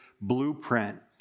blueprint